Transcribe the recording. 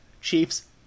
Chiefs